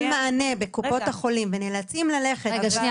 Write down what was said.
מענה בקופות החולים ונאלצים ללכת --- רגע שנייה,